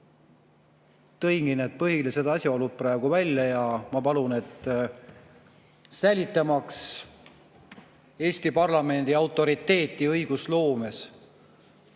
ma tõingi need põhilised asjaolud praegu välja. Ma palun, säilitamaks Eesti parlamendi autoriteeti õigusloomes